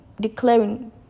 declaring